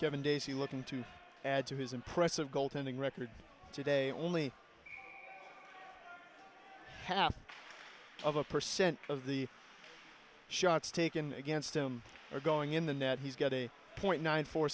seven days he looking to add to his impressive goaltending record today only half of a percent of the shots taken against him are going in the net he's got a point nine four